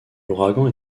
l’ouragan